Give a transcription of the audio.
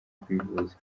kwivuza